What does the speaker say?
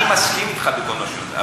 אני מסכים אתך בכל מה שאתה אומר,